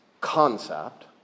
concept